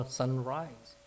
sunrise